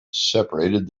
separated